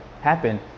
happen